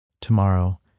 tomorrow